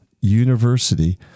university